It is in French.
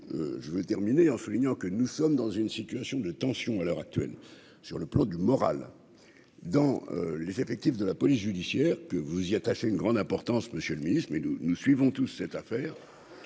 je voulais terminer en soulignant que nous sommes dans une situation de tension à l'heure actuelle, sur le plan du moral dans les effectifs de la police judiciaire que vous y attacher une grande importance, Monsieur le Ministre, mais nous nous suivons toute cette affaire,